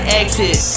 exit